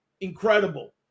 Incredible